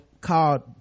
called